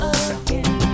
again